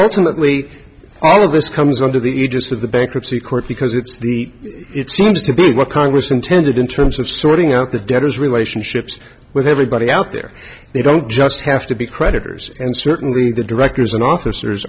mostly all of this comes under the aegis of the bankruptcy court because it's the it seems to be what congress intended in terms of sorting out the debtors relationships with everybody out there they don't just have to be creditors and certainly the directors and officers